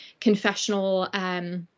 confessional